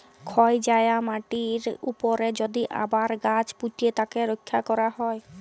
ক্ষয় যায়া মাটির উপরে যদি আবার গাছ পুঁতে তাকে রক্ষা ক্যরা হ্যয়